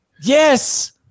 Yes